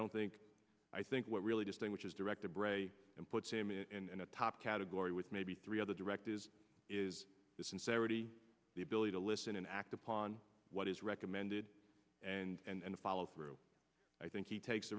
don't think i think what really distinguishes director bray and puts him in a top category with maybe three other directives is the sincerity the ability to listen and act upon what is recommended and follow through i think he takes the